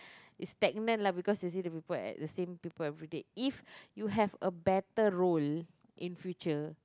it's stagnant lah because you see the people at the same people everyday if you have a better role in future